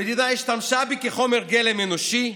המדינה השתמשה בי כחומר גלם אנושי,